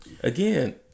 again